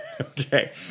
Okay